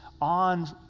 on